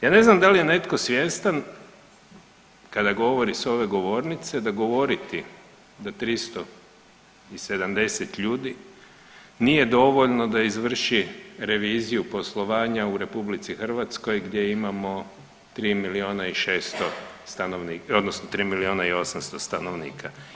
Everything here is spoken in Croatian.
Ja ne znam da li je netko svjestan kada govori s ove govornice da govoriti da 370 ljudi nije dovoljno da izvrši reviziju poslovanja u RH gdje imamo 3 miliona i 600 odnosno 3 miliona i 800 stanovnika.